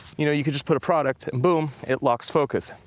you know you can just put a product, and boom, it locks focus.